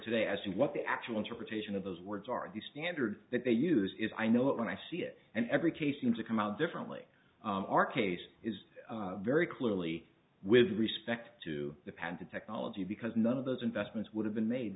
today as to what the actual interpretation of those words are the standard that they use is i know it when i see it and every case seems to come out differently our case is very clearly with respect to the patented technology because none of those investments would have been made